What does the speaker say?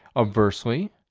obversely,